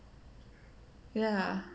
ya